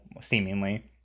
seemingly